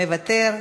מוותר.